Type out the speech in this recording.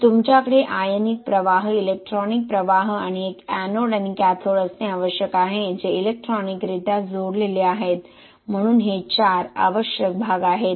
तर तुमच्याकडे आयनिक प्रवाह इलेक्ट्रॉनिक प्रवाह आणि एक एनोड आणि कॅथोड असणे आवश्यक आहे जे इलेक्ट्रॉनिकरित्या जोडलेले आहेत म्हणून हे 4 आवश्यक भाग आहेत